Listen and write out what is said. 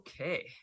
Okay